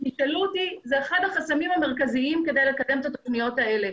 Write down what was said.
אם תשאלו אותי זה אחד החסמים המרכזיים כדי לקדם את התוכניות האלה,